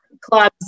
clubs